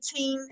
18